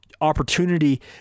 opportunity